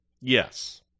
Yes